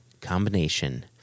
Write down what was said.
combination